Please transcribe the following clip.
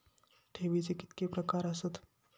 ठेवीचे कितके प्रकार आसत?